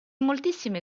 moltissime